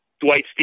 Dwight